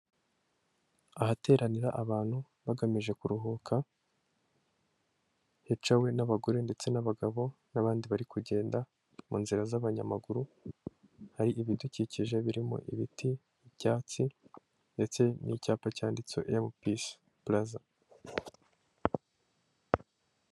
Ahateranira abantu bagamije kuruhuka hicawe n'abagore ndetse n'abagabo n'abandi bari kugenda mu nzira z'abanyamaguru hari ibidukikije birimo ibiti ibyatsi ndetse n'icyapa cyanditse emupisi pulaza.